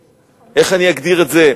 איך אני אגדיר את זה?